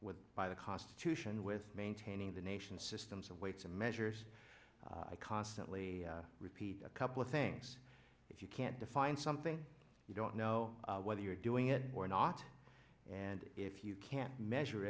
with by the constitution with maintaining the nation's systems of weights and measures i constantly repeat a couple of things if you can't define something you don't know whether you're doing it or not and if you can't measure